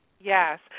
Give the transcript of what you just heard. Yes